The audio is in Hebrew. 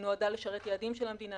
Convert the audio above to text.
"נועדה לשרת יעדים של המדינה",